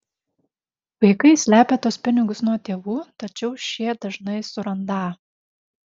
vaikai slepią tuos pinigus nuo tėvų tačiau šie dažnai surandą